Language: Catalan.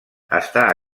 està